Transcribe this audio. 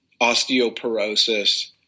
osteoporosis